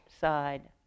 side